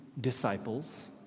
disciples